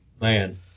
man